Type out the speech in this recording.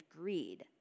greed